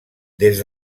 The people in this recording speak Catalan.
des